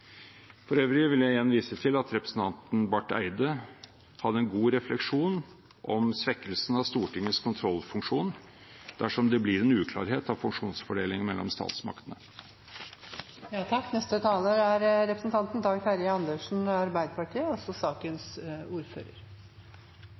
For øvrig vil jeg igjen vise til at representanten Barth Eide hadde en god refleksjon om svekkelsen av Stortingets kontrollfunksjon dersom det blir en uklarhet om funksjonsfordelingen mellom